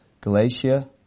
Galatia